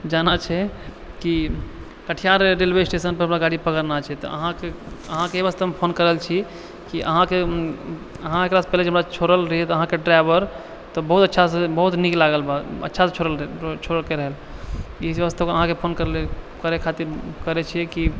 जाना छै कि कटिहार रेलवे स्टेशनपर हमरा गाड़ी पकड़ना छै तऽ अहाँके अहाँके एहि वास्ते हम कए रहल छी कि अहाँके अहाँ एहिसँ पहिने जे हमरा छोड़ल रहिये तऽ अहाँके ड्राइवर तऽ बहुत अच्छासँ बहुत नीक लागल अच्छा से छोड़लकै छोड़ले रहय एहि वास्ते अहाँके फोन करलियै कहे खातिर करय छिए कि